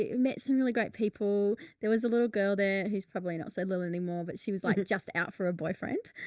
ah met some really great people. there was a little girl there who's probably not so little anymore, but she was like, just out for a boyfriend.